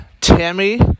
Tammy